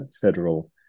federal